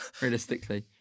realistically